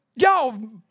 Y'all